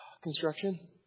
Construction